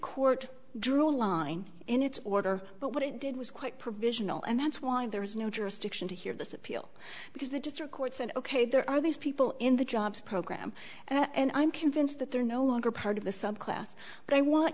court drew a line in its order but what it did was quite provisional and that's why there was no jurisdiction to hear this appeal because the district court said ok there are these people in the jobs program and i'm convinced that they're no longer part of the subclass but i want